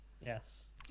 Yes